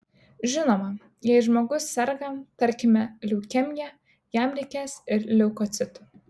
žinoma jei žmogus serga tarkime leukemija jam reikės ir leukocitų